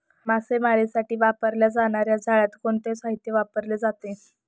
मासेमारीसाठी वापरल्या जाणार्या जाळ्यात कोणते साहित्य वापरले जाते?